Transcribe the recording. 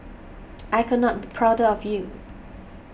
I could not be prouder of you